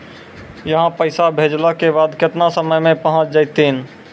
यहां सा पैसा भेजलो के बाद केतना समय मे पहुंच जैतीन?